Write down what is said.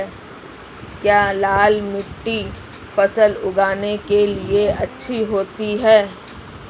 क्या लाल मिट्टी फसल उगाने के लिए अच्छी होती है?